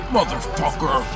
Motherfucker